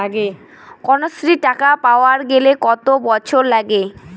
কন্যাশ্রী টাকা পাবার গেলে কতো বছর বয়স লাগে?